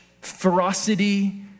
ferocity